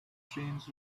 trains